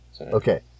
Okay